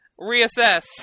reassess